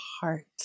heart